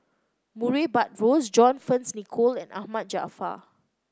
Murray Buttrose John Fearns Nicoll and Ahmad Jaafar